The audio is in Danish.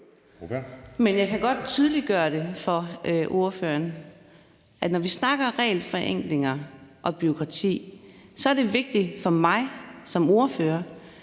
Jeg kan godt tydeliggøre for spørgeren, at når vi snakker regelforenklinger og bureaukrati, er det vigtigt for mig som ordfører,